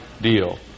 deal